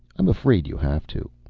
i'm afraid you have to.